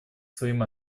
своим